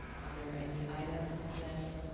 are there any items that?